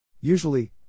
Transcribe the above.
Usually